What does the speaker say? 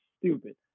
stupid